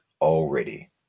already